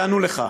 יענו לך.